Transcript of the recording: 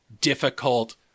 difficult